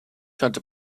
könnte